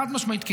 חד-משמעית כן.